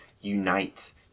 unite